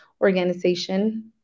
organization